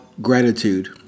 gratitude